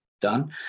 done